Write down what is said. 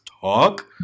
talk